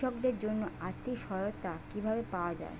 কৃষকদের জন্য আর্থিক সহায়তা কিভাবে পাওয়া য়ায়?